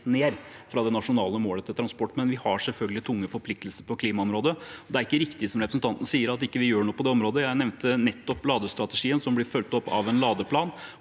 rett fra det nasjonale målet til transport, men vi har selvfølgelig tunge forpliktelser på klimaområdet. Det er ikke riktig som representanten sier, at vi ikke gjør noe på det området. Jeg nevnte nettopp ladestrategien, som blir fulgt opp av en ladeplan,